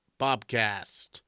Bobcast